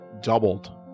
doubled